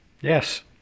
Yes